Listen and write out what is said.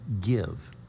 give